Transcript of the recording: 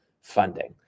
funding